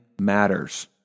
matters